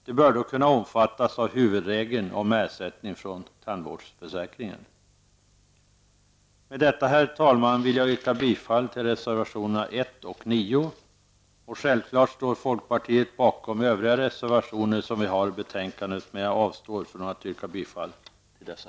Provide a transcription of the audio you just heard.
De bör då kunna omfattas av huvudregeln om ersättning från tandvårdsförsäkringen. Med detta, herr talman, vill jag yrka bifall till reservationerna 1 och 9. Självfallet står folkpartiet bakom övriga reservationer som vi avgivit i betänkandet, men jag avstår från att yrka bifall till dessa.